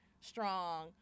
strong